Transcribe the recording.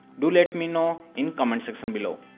do let me know in comment section below.